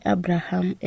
Abraham